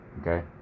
okay